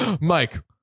Mike